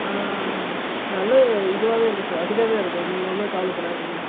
ஆ நல்ல இதுவாகவே இருக்கும் சார் வசதியாகவே இருக்கும் நீங்கள் ஒன்றும் கவலைப்படாதிங்க